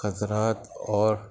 حضرات اور